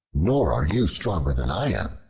nor are you stronger than i am.